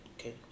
Okay